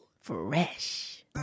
fresh